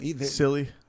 silly